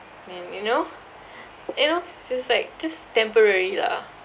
I mean you know you know since like just temporary lah